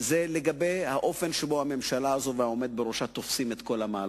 היא על האופן שבו הממשלה הזאת והעומד בראשה תופסים את כל המהלכים.